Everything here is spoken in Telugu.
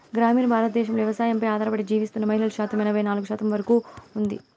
గ్రామీణ భారతదేశంలో వ్యవసాయంపై ఆధారపడి జీవిస్తున్న మహిళల శాతం ఎనబై నాలుగు శాతం వరకు ఉంది